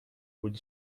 would